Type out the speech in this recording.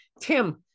Tim